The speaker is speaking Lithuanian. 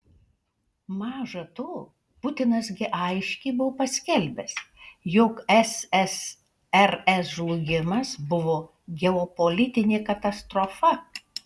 maža to putinas gi aiškiai buvo paskelbęs jog ssrs žlugimas buvo geopolitinė katastrofa